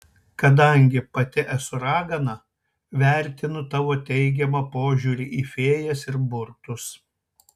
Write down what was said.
kadangi pati esu ragana vertinu tavo teigiamą požiūrį į fėjas ir burtus